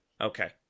Okay